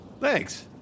Thanks